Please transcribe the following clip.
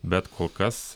bet kol kas